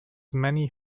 many